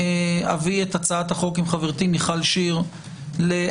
כשאביא את הצעת החוק עם חברתי מיכל שיר להרחבת